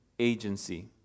Agency